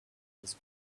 had